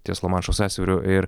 ties lamanšo sąsiauriu ir